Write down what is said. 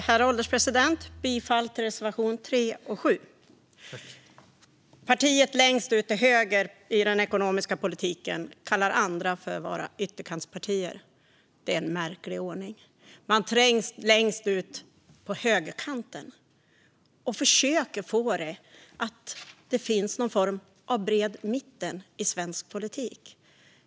Herr ålderspresident! Jag yrkar bifall till reservationerna 3 och 7. Partiet längst ut till höger i den ekonomiska politiken kallar andra för ytterkantspartier. Det är en märklig ordning. Man trängs längst ut på högerkanten och försöker få det till att det finns någon form av bred mitt i svensk politik.